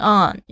on